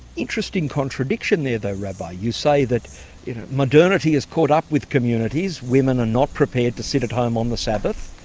interesting contradiction there, though, rabbi. you say that modernity has caught up with communities, women are not prepared to sit at home on the sabbath,